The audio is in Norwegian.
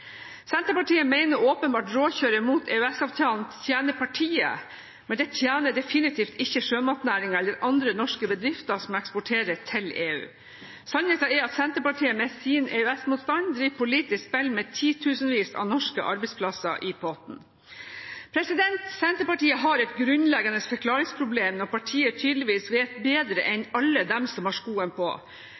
Senterpartiet mener åpenbart råkjøret mot EØS-avtalen tjener partiet, men det tjener definitivt ikke sjømatnæringen eller andre norske bedrifter som eksporterer til EU. Sannheten er at Senterpartiet med sin EØS-motstand driver politisk spill med titusenvis av norske arbeidsplasser i potten. Senterpartiet har et grunnleggende forklaringsproblem når partiet tydeligvis vet bedre enn alle dem som har skoen på